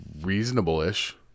reasonable-ish